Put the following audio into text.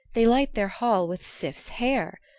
they light their hall with sif's hair.